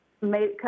made